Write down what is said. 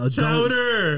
Chowder